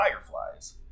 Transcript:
fireflies